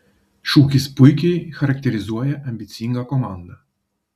šūkis puikiai charakterizuoja ambicingą komandą